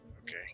Okay